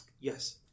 Yes